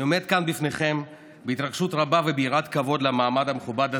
אני עומד כאן לפניכם בהתרגשות רבה וביראת כבוד מהמעמד המכובד הזה,